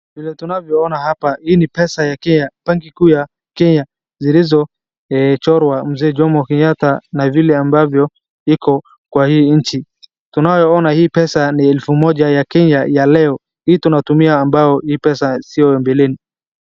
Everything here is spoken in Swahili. Vile tunavyoona hapa hii ni pesa ya kenya banki kuu ya kenya zilizochorwa mzee Jomo Kenyatta na vile ambavyo viko kwa hii nchi. Tunavyoona hii pesa ni elfu moja ya kenya ya leo. Hii tunatumia ambayo hii pesa sio mbeleni.